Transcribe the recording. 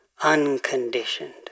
unconditioned